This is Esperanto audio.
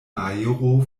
aero